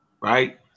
right